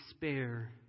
despair